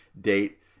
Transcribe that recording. date